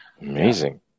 Amazing